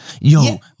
Yo